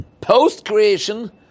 post-creation